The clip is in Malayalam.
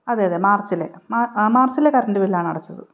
അതെ അതെ മാർച്ചിലെ മാ മാർച്ചിലെ കറൻറ്റ് ബില്ലാണ് അടച്ചത്